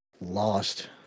lost